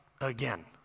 again